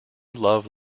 love